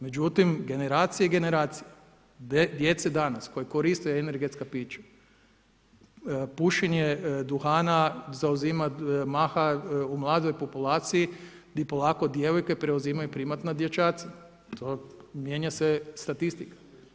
Međutim, generacije i generacije djece danas koja koriste energetska pića, pušenje duhana zauzima maha u mladoj populaciji gdje polako djevojke preuzimaju primat nad dječacima, mijenja se statistika.